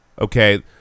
okay